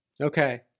Okay